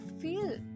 feel